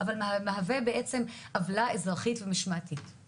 עוולה אזרחית ומשמעתית.